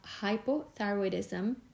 hypothyroidism